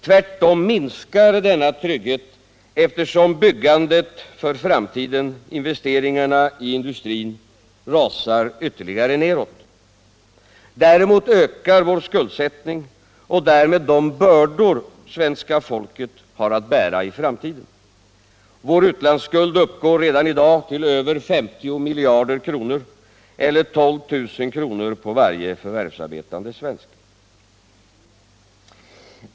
Tvärtom minskar denna trygghet eftersom byggandet för framtiden, investeringarna i industrin, rasar ytterligare neråt. Däremot ökar vår skuldsättning och därmed de bördor svenska folket har att bära i framtiden. Vår utlandsskuld uppgår redan i dag till över 50 miljarder etler 12 000 kr. på varje förvärvsarbetande svensk.